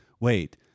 wait